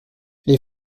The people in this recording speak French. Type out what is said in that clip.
les